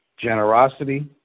generosity